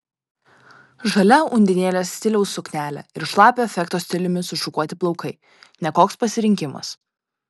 žalia undinėlės stiliaus suknelė ir šlapio efekto stiliumi sušukuoti plaukai ne koks pasirinkimas